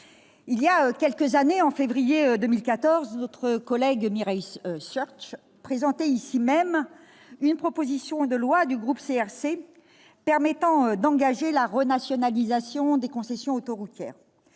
il y a quelques années, en février 2014, notre collègue Mireille Schurch présentait ici même une proposition de loi du groupe CRC permettant d'engager la renationalisation des concessions autoroutières.